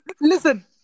listen